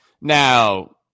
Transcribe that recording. Now